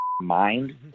mind